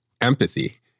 empathy